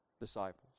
disciples